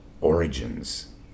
origins